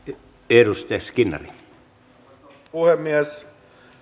arvoisa puhemies